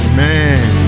Amen